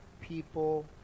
people